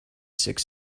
six